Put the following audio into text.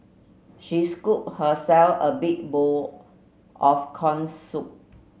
she scooped herself a big bowl of corn soup